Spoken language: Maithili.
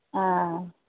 आ